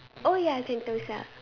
oh ya Sentosa